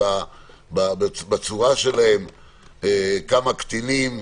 כמה קטינים,